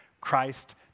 Christ